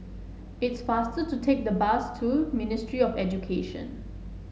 it's faster to take the bus to Ministry of Education